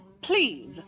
Please